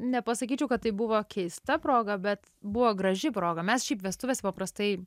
nepasakyčiau kad tai buvo keista proga bet buvo graži proga mes šiaip vestuvėse paprastai